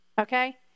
Okay